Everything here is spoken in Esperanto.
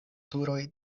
turoj